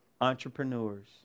entrepreneurs